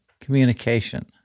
communication